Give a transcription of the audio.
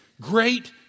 Great